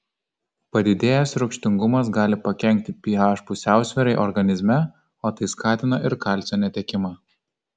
padidėjęs rūgštingumas gali pakenkti ph pusiausvyrai organizme o tai skatina ir kalcio netekimą